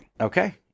Okay